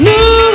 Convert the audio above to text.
New